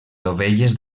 dovelles